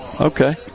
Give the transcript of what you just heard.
Okay